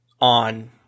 on